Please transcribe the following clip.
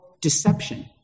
deception